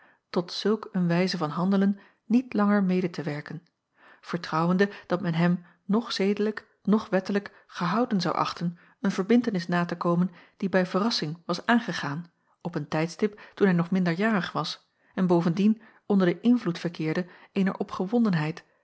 tot zulk een wijze van handelen niet langer mede te werken vertrouwende dat men hem noch zedelijk noch wettelijk gehouden zou achten een verbintenis na te komen die bij verrassing was aangegaan op een tijdstip toen hij nog minderjarig was en bovendien onder den invloed verkeerde eener